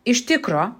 iš tikro